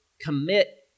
commit